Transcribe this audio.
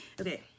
Okay